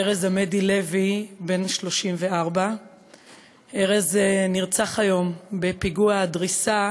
ארז עמדי לוי, בן 34. ארז נרצח היום בפיגוע הדריסה